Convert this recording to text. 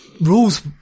rules